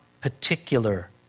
particular